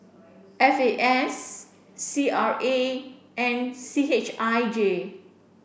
F A S C R A and C H I J